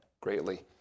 greatly